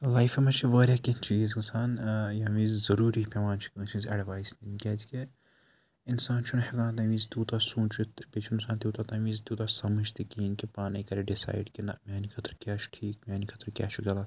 لایفہِ منٛز چھِ واریاہ کینٛہہ چیٖز گژھان ییٚمہِ وِزِ ضروٗری پیٚوان چھِ کٲنٛسہِ ہِنٛز اٮ۪ڈوایس نِنۍ کیٛازِکہِ اِنسان چھُنہٕ ہیٚکان تَمہِ وِزِ تیوٗتاہ سوٗنٛچِتھ تہٕ بیٚیہِ چھِنہٕ آسان تیوٗتاہ تَمہِ وِزِ تیوٗتاہ سَمٕجھ تہِ کِہیٖنۍ کہِ پانَے کَرِ ڈِسایڈ کہِ نہ میٛانہِ خٲطرٕ کیٛاہ چھُ ٹھیٖک میٛانہِ خٲطرٕ کیٛاہ چھُ غلط